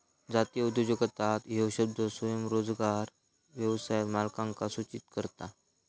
जातीय उद्योजकता ह्यो शब्द स्वयंरोजगार व्यवसाय मालकांका सूचित करता